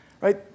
right